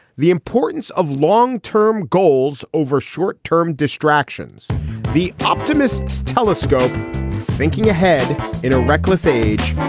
the importance of long term goals over short term distractions the optimists telescope thinking ahead in a reckless age.